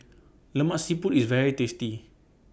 Lemak Siput IS very tasty